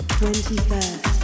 21st